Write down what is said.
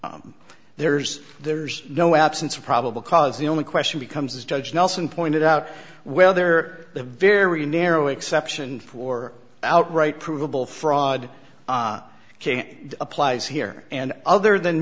here there's there's no absence of probable cause the only question becomes is judge nelson pointed out whether the very narrow exception for outright provable fraud can applies here and other than